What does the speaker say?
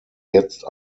jetzt